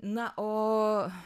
na o